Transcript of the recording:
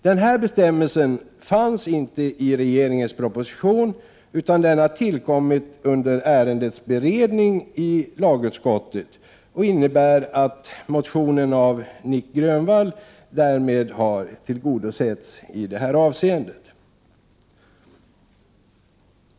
Denna bestämmelse fanns inte i regeringens proposition utan har tillkommit under ärendets beredning i lagutskottet, och innebär att motionen av Nic Grönvall därmed har tillgodosetts i detta avseende.